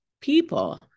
people